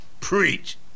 preach